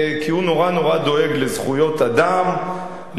כי הוא נורא דואג לזכויות אדם,